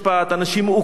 אנשים הוכו,